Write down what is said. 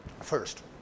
first